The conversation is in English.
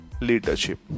leadership